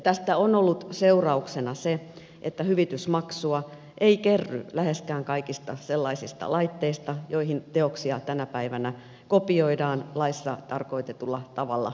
tästä on ollut seurauksena se että hyvitysmaksua ei kerry läheskään kaikista sellaisista laitteista joihin teoksia tänä päivänä kopioidaan laissa tarkoitetulla tavalla yksityiseen käyttöön